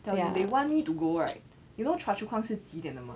tell you they want me to go right you know chua chu kang 是几点的吗